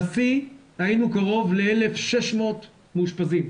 בשיא היינו קרוב ל-1,600 מאושפזים.